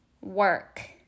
work